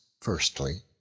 firstly